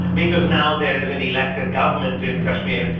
because now there is an elected government in kashmir,